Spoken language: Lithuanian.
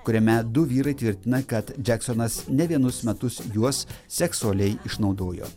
kuriame du vyrai tvirtina kad džeksonas ne vienus metus juos seksualiai išnaudojo